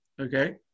okay